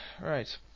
Right